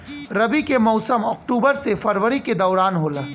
रबी के मौसम अक्टूबर से फरवरी के दौरान होला